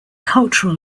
cultural